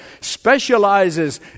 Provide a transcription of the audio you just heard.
specializes